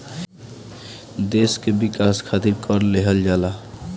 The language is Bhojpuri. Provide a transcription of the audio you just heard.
देस के विकास खारित कर लेहल जाला